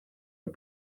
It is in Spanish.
vez